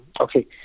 Okay